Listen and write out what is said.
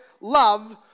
love